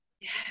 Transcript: Yes